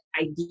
idea